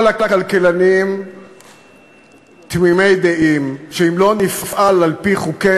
כל הכלכלנים תמימי דעים שאם לא נפעל על-פי חוקי